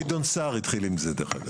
גדעון סער התחיל עם זה דרך אגב.